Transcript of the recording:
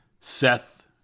Seth